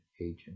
agent